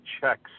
checks